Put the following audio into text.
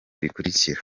bikurikira